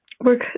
work